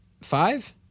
five